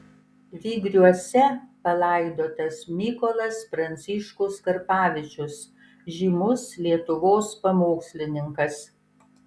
vygriuose palaidotas mykolas pranciškus karpavičius žymus lietuvos pamokslininkas